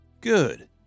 Good